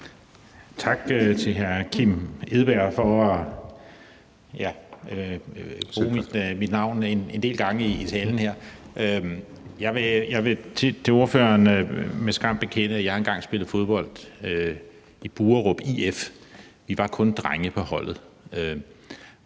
Tak til hr. Kim Edberg Andersen for at nævne mit navn en del gange i sin tale her. Jeg vil til ordføreren med skam bekende, at jeg engang har spillet fodbold i Buerup IF. Vi var kun drenge på holdet,